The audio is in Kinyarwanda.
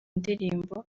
ndirimbo